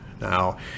now